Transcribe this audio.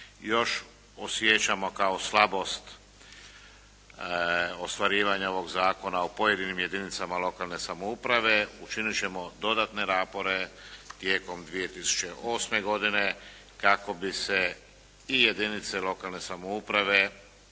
Još osjećamo kao slabost ostvarivanje ovog zakona u pojedinim jedinicama lokalne samouprave. Učinit ćemo dodatne napore tijekom 2008. godine kako bi se i jedinice lokalne samouprave